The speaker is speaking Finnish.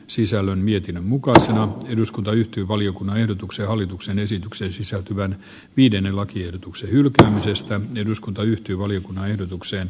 sisällön mietinnön mukaisena eduskunta yhtyi valiokunnan ehdotuksen hallituksen esitykseen sisältyvän viidennen lakiehdotuksen hylkäämisestä eduskunta yhtyi valiokunnan ehdotukseen